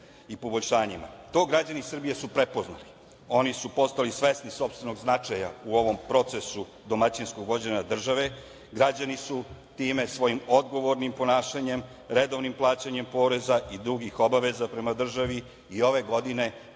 i poboljšanjima. To građani Srbije su prepoznali. Postali su svesni sopstvenog značaja u ovom procesu domaćinskog vođenja države. Građani su time svojim odgovornim ponašanjem, redovnim plaćanjem poreza i drugih obaveza prema državi i ove godine